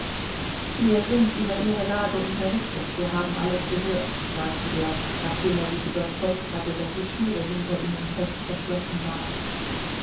wir sind über ihre lage unterrichtet wir haben alles gehört sagte er nachdem er sich überzeugt hatte daß die türe hinter ihnen fest verschlossen war